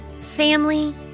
family